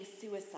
suicide